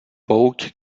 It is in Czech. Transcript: pouť